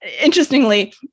interestingly